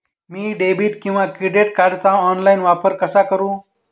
मी debit किंवा credit कार्डचा online वापर कसा करु?